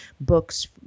books